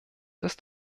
ist